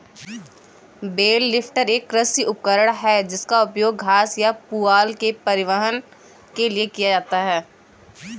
bell lifter एक कृषि उपकरण है जिसका उपयोग घास या पुआल के परिवहन के लिए किया जाता है